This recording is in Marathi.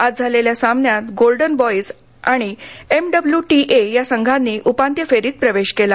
आज झालेल्या सामन्यात गोल्डन बॉईज आणि एमडब्ल्यूटीए या संघांनी उपांत्य फेरीत प्रवेश केला